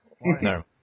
No